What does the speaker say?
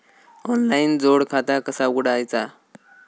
Online जोड खाता कसा उघडायचा?